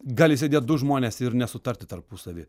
gali sėdėt du žmonės ir nesutarti tarpusavy